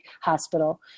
hospital